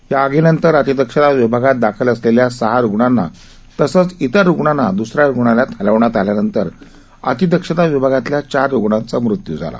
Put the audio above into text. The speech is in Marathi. या आगीनंतर अतिदक्षता विभागात दाखल असलेल्या सहा रुग्णांना तसंच इतर रुग्णांना द्रसऱ्या रुग्णालयात हलवण्यात आल्यानंतर अतिदक्षता विभागातल्या चार रुग्णांचा मृत्यू झाला